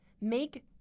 make